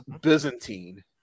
byzantine